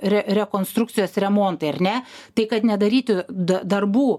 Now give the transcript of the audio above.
re rekonstrukcijos remontai ar ne tai kad nedaryti da darbų